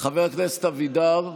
חבר הכנסת אבידר,